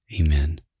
Amen